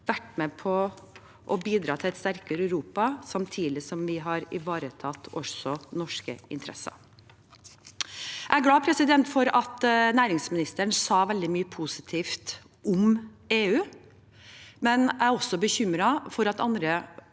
vært med og bidratt til et sterkere Europa, samtidig som vi hadde ivaretatt også norske interesser. Jeg er glad for at næringsministeren sa veldig mye positivt om EU, men jeg er bekymret for at det